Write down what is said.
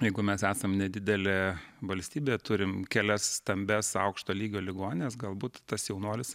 jeigu mes esam nedidelė valstybė turim kelias stambias aukšto lygio ligonines galbūt tas jaunuolis